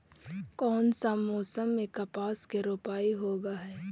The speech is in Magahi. कोन सा मोसम मे कपास के रोपाई होबहय?